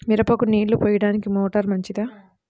మిరపకు నీళ్ళు పోయడానికి మోటారు మంచిదా?